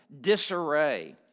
disarray